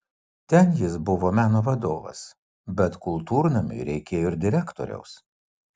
ten jis buvo meno vadovas bet kultūrnamiui reikėjo ir direktoriaus